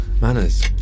Manners